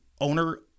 owner